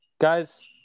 guys